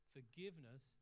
forgiveness